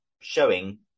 showing